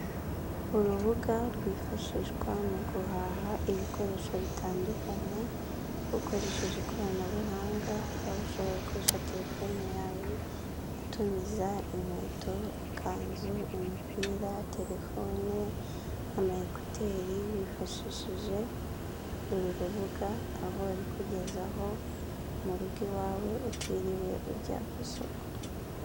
Urubuga rwifashishwa mu guhaha ibikoresho bitandukanye, ukoresheje ikoranabuhanga waba ushobora gukoresha telefone yawe, utumiza inkweto, ikanzu, imipira, telefone, ama ekuteri, wifashishije uru rubuga, aho babikugezaho murugo iwawe utiriwe ujya ku isoko.